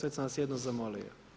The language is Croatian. Već sam vas jednom zamolio.